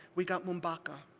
we got mumbaka,